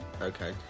Okay